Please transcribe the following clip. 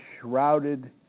shrouded